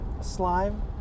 slime